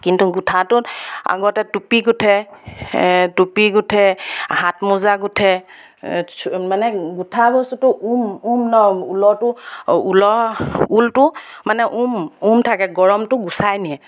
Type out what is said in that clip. কিন্তু গোঁঠাটোত আগতে টুপি গোঁঠে টুপি গোঁঠে হাত মোজা গোঁঠে মানে গোঁঠা বস্তুটো উম উম ন ঊলৰটো ঊল ঊলটো মানে উম উম থাকে গৰমটো গুচাই নিয়ে